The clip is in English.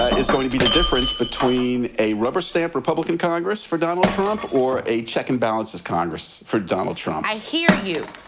ah is going to be the difference between a rubber stamp republican congress for donald trump or a check and balances congress for donald trump. i hear you,